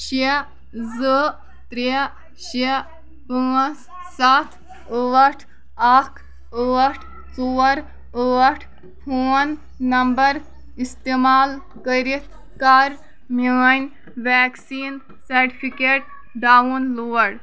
شےٚ زٕ ترٛےٚ شےٚ پانٛژھ سَتھ ٲٹھ اَکھ ٲٹھ ژور ٲٹھ فون نمبر استعمال کٔرِتھ کر میٲنۍ ویکسیٖن سرٹِفکیٹ ڈاوُن لوڈ